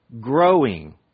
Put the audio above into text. growing